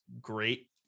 great